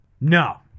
No